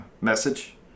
message